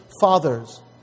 Fathers